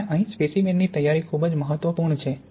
અને અહીં સ્પેસીમેનની તૈયારી ખૂબ મહત્વપૂર્ણ છે